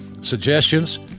suggestions